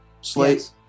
Slate